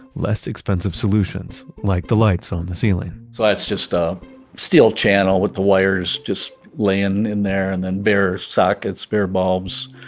less expensive solutions. like the lights on the ceiling so that's just a steel channel with the wires just laying in there. and then bare sockets, bare bulbs.